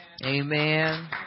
Amen